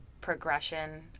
progression